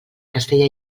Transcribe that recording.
castella